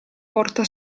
porta